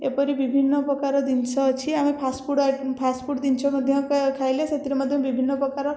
ଏପରି ବିଭିନ୍ନ ପ୍ରକାର ଜିନିଷ ଅଛି ଆମେ ଫାଷ୍ଟଫୁଡ଼ ଆଇ ଫାଷ୍ଟଫୁଡ଼ ଜିନିଷ ମଧ୍ୟ କା ଖାଇଲେ ସେଥିରେ ମଧ୍ୟ ବିଭିନ୍ନ ପ୍ରକାର